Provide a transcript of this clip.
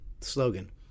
slogan